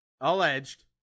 alleged